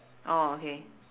orh okay